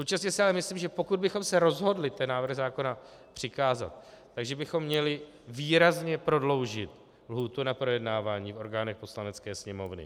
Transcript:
Současně si ale myslím, že pokud bychom se rozhodli návrh zákona přikázat, že bychom měli výrazně prodloužit lhůtu na projednávání v orgánech Poslanecké sněmovny.